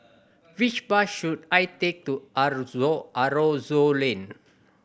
which bus should I take to Aroozoo Aroozoo Lane